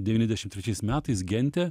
devyniasdešim trečiais metais gente